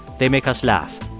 they make us laugh.